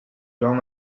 vam